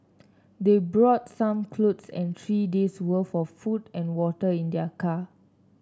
they brought some clothes and three day's worth of food and water in their car